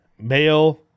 male